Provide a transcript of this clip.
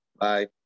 bye